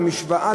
המשוואה,